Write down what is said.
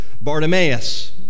Bartimaeus